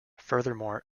furthermore